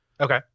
Okay